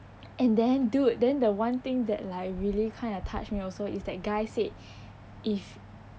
and then dude then the one thing that like really kinda touched me also is that guy said if